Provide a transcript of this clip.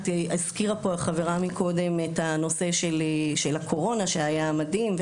הזכירה פה החברה מקודם את הנושא של הקורונה שהיה מדהים.